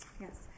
yes